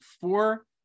four